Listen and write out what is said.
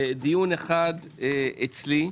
ודיון אחד אצלי,